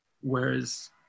whereas